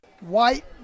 White